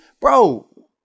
bro